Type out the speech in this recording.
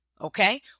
Okay